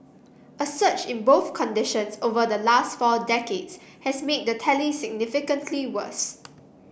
a surge in both conditions over the last four decades has made the tally significantly worse